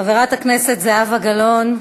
חברת הכנסת זהבה גלאון,